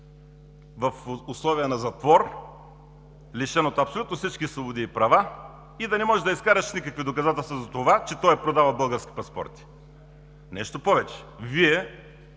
в условия на затвор, лишен от абсолютно всички свободи и права, и да не можеш да изкараш никакви доказателства за това, че той е продавал български паспорти. Нещо повече,